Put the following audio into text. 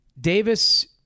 Davis